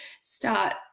start